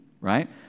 right